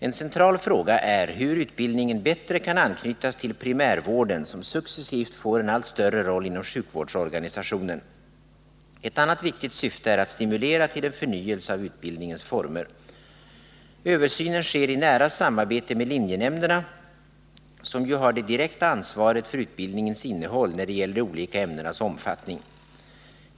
En central fråga är hur utbildningen bättre kan anknytas till primärvården, som successivt får en allt större roll inom sjukvårdsorganisationen. Ett annat viktigt syfte är att stimulera till en förnyelse av utbildningens former. Översynen sker i nära samarbete med linjenämnderna, som ju har det direkta ansvaret för utbildningens innehåll när det gäller de olika ämnenas omfattning.